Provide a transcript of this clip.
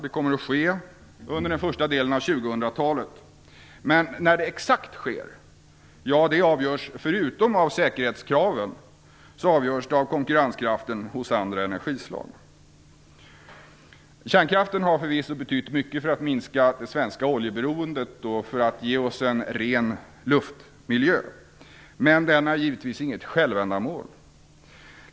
Det kommer att ske under den första delen av 2000-talet, men exakt när det sker avgörs förutom av säkerhetskraven av konkurrenskraften hos andra energislag. Kärnkraften har förvisso betytt mycket för att minska det svenska oljeberoendet och för att ge oss en ren luftmiljö, men den är givetvis inget självändamål.